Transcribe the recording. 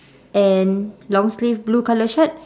and long sleeve blue colour shirt